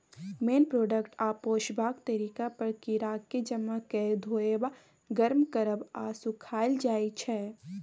मेन product आ पोसबाक तरीका पर कीराकेँ जमा कए धोएब, गर्म करब आ सुखाएल जाइ छै